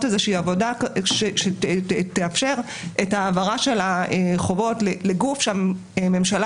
איזושהי עבודה שתאפשר את ההעברה של החובות לגוף שהממשלה